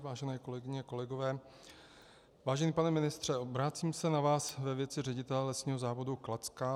Vážené kolegyně, kolegové, vážený pane ministře, obracím se na vás ve věci ředitele Lesního závodu Kladská.